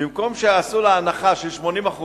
במקום שיעשו לה הנחה של 80%,